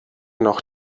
noch